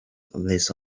this